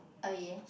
oh ya